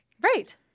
Right